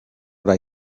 what